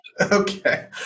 Okay